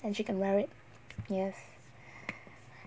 and she can wear it